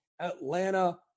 Atlanta